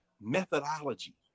Methodology